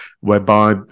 whereby